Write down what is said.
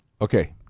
Okay